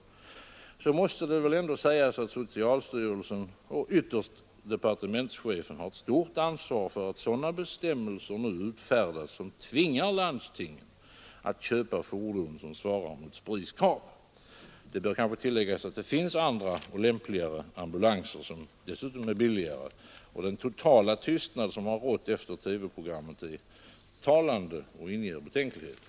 — måste det nog sägas att socialstyrelsen, och ytterst departementschefen, har ett stort ansvar för att sådana bestämmelser nu utfärdas som tvingar landstingen att köpa fordon som svarar mot SPRI:s krav. Det bör kanske tilläggas att det finns andra och lämpligare ambulanser som dessutom är billigare. Den totala tystnad som har rått efter TV-programmet är talande och inger betänkligheter.